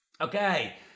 Okay